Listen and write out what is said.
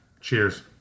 Cheers